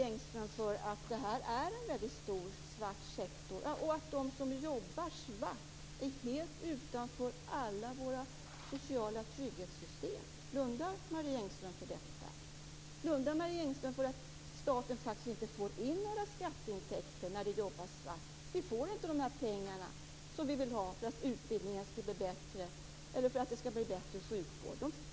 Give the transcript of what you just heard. Engström för att det här är en väldigt stor svart sektor och att de som jobbar svart är helt utanför alla våra sociala trygghetssystem? Blundar Marie Engström för att staten inte får in några skatteintäkter när det jobbas svart? Vi får över huvud taget inte in de pengar som vi vill ha för att utbildningen och sjukvården skall bli bättre.